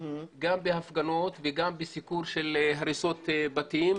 גם בהפגנות וגם בסיקור של הריסות בתים,